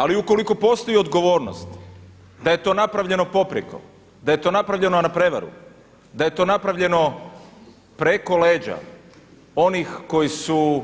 Ali ukoliko postoji odgovornost da je to napravljeno poprijeko, da je to napravljeno na prijevaru, da je to napravljeno preko leđa onih koji su,